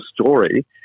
story